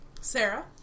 Sarah